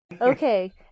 Okay